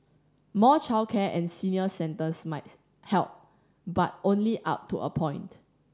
more childcare and senior centres might help but only up to a point